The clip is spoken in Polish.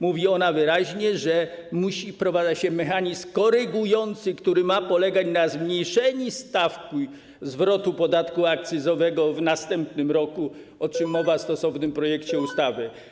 Mówi ona wyraźnie, że wprowadza się mechanizm korygujący, który ma polegać na zmniejszeniu stawki zwrotu podatku akcyzowego w następnym roku, o czym mowa w stosownym projekcie ustawy.